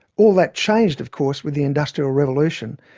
all that changed of course with the industrial revolution,